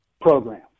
program